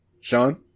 Sean